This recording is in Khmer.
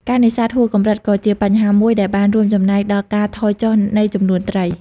ការនេសាទហួសកម្រិតក៏ជាបញ្ហាមួយដែលបានរួមចំណែកដល់ការថយចុះនៃចំនួនត្រី។